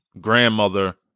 grandmother